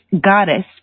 Goddess